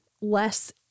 less